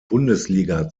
bundesliga